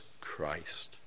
Christ